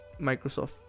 Microsoft